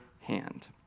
hand